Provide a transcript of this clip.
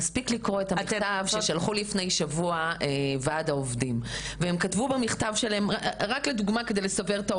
מספיק לקרוא את המכתב ששלחו ועד העובדים לפני שבוע.